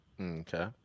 Okay